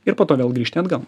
ir po to vėl grįžti atgal